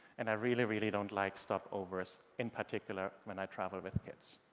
and i really, really don't like stopovers, in particular when i travel with kids.